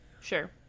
Sure